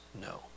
no